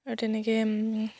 আৰু তেনেকৈ